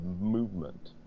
movement